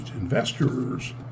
investors